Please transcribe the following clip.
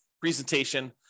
presentation